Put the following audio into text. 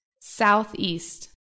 southeast